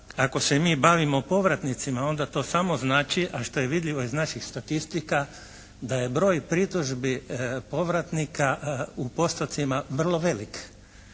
ako se mi bavimo povratnicima onda to samo znači, a što je vidljivo iz naših statistika da je broj pritužbi povratnika u postocima vrlo velik.